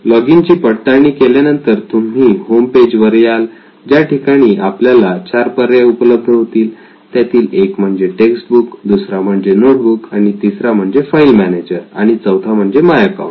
login ची पडताळणी केल्यानंतर तुम्ही होमपेज वर याल ज्या ठिकाणी आपल्याला मूळ चार पर्याय उपलब्ध होतील त्यातील एक म्हणजे टेक्स्टबुक दुसरा म्हणजे नोटबुक तिसरा म्हणजे फाईल मॅनेजर आणि चौथा म्हणजे माय अकाउंट